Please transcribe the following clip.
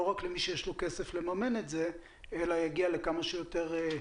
רק למי שיש לו כסף לממן את זה אלא יגיע לכמה שיותר נהגים.